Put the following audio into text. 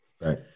Right